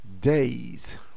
days